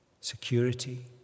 security